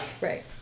Right